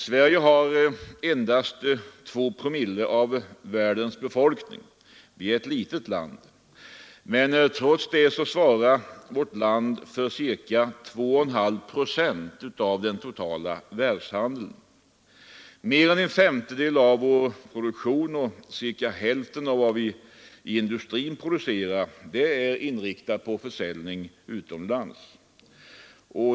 Sverige har endast 2 promille av världens befolkning. Det är ett litet land. Men trots det svarar vårt land för ca 2,5 procent av den totala världshandeln. Mer än en femtedel av vår totala produktion och nära hälften av vad vi producerar inom industrin är inriktat på försäljning utomlands.